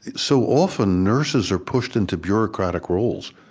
so often, nurses are pushed into bureaucratic roles,